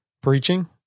preaching